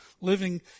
living